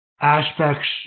Aspects